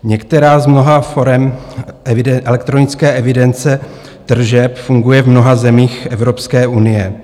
Některá z mnoha forem elektronické evidence tržeb funguje v mnoha zemích Evropské unie.